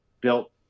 built